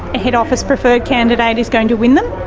head office preferred candidate is going to win them,